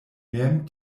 mem